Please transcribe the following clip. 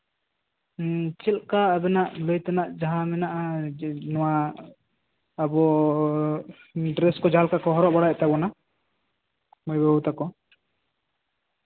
ᱪᱮᱫᱞᱮᱠᱟ ᱟᱵᱮᱱᱟᱜ ᱞᱟᱹᱭ ᱛᱮᱱᱟᱜ ᱢᱮᱱᱟᱜᱼᱟ ᱱᱚᱣᱟ ᱟᱵᱚ ᱰᱨᱮᱥ ᱠᱚ ᱡᱟᱦᱟᱸ ᱞᱮᱠᱟ ᱠᱚ ᱦᱚᱨᱚᱜ ᱵᱟᱲᱟᱭᱮᱜ ᱛᱟᱵᱳᱱᱟ ᱢᱟᱹᱭ ᱵᱟᱹᱵᱩ ᱛᱟᱠᱚ